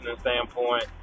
standpoint